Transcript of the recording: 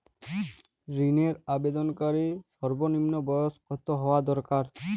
ঋণের আবেদনকারী সর্বনিন্ম বয়স কতো হওয়া দরকার?